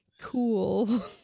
Cool